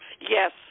Yes